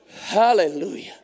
Hallelujah